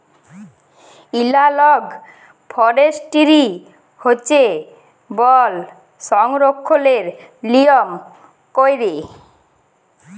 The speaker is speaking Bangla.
এলালগ ফরেস্টিরি হছে বল সংরক্ষলের লিয়ম ক্যইরে